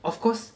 of course